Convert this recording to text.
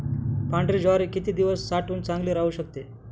पांढरी ज्वारी किती दिवस साठवून चांगली राहू शकते?